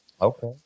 Okay